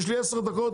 יש לי עשר דקות,